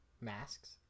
masks